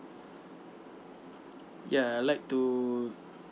ya I'd like to